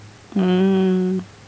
mm